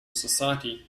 society